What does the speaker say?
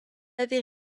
avait